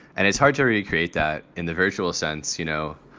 and it's hard to recreate that in the virtual sense. you know,